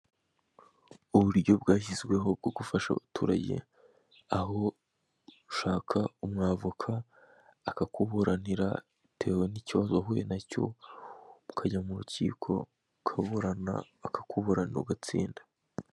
Uburyo bwashyizweho bwo gufasha abaturage aho ushaka umwavoka akakuburanira bitewe n'ikibazo wahuye na cyo, ukajya mu rukiko ukaburana, akakuburanira ugatsinda.